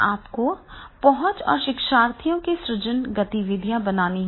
आपको पहुंच और शिक्षार्थियों की सृजन गतिविधियाँ बनानी होंगी